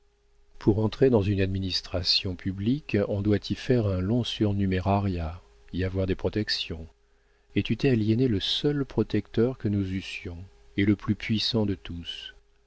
pour entrer dans une administration publique on doit y faire un long surnumérariat y avoir des protections et tu t'es aliéné le seul protecteur que nous eussions et le plus puissant de tous